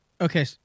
Okay